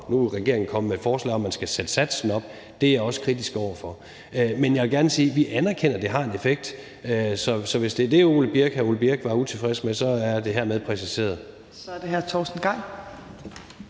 Nu er regeringen kommet med et forslag om, at man skal sætte satsen op – det er jeg også kritisk over for. Men jeg vil gerne sige, at vi anerkender, at det har en effekt, så hvis det er det, hr. Ole Birk Olesen var utilfreds med, er det hermed præciseret. Kl. 10:29 Fjerde